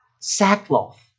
sackcloth